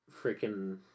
Freaking